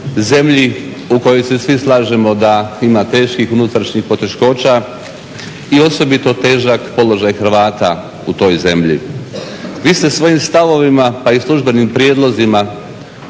Zemlji u kojoj se svi slažemo da ima teških unutarnjih poteškoća i osobito težak položaj Hrvata u toj zemlji. Vi ste svojim stavovima pa i službenim prijedlozima